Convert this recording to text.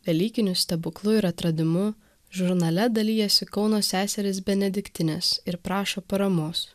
velykiniu stebuklu ir atradimu žurnale dalijasi kauno seserys benediktinės ir prašo paramos